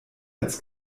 als